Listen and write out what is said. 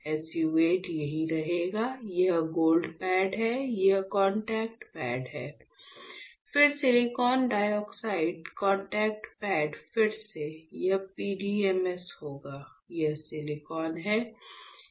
SU 8 यहीं रहेगा यह गोल्ड पैड है ये कॉन्टैक्ट पैड हैं फिर सिलिकॉन डाइऑक्साइड कॉन्टैक्ट पैड फिर से यह PDMS होगा यह सिलिकॉन है